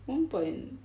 one point